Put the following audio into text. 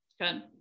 Good